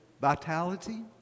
vitality